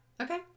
Okay